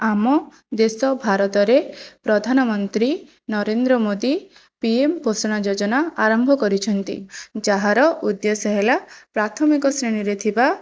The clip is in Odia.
ଆମ ଦେଶ ଭାରତରେ ପ୍ରଧାନମନ୍ତ୍ରୀ ନରେନ୍ଦ୍ର ମୋଦୀ ପିଏମ୍ ପୋଷଣ ଯୋଜନା ଆରମ୍ଭ କରିଛନ୍ତି ଯାହାର ଉଦ୍ଦେଶ୍ୟ ହେଲା ପ୍ରାଥମିକ ଶ୍ରେଣୀରେ ଥିବା